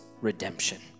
redemption